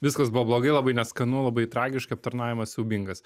viskas buvo blogai labai neskanu labai tragiška aptarnavimas siaubingas